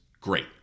great